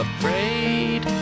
Afraid